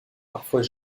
parfois